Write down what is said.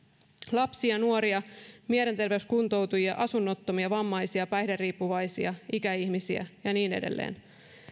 lapsia nuoria mielenterveyskuntoutujia asunnottomia vammaisia päihderiippuvaisia ikäihmisiä ja niin edelleen